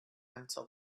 until